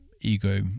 ego